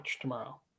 tomorrow